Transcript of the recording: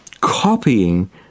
copying